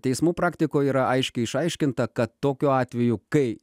teismų praktikoj yra aiškiai išaiškinta kad tokiu atveju kai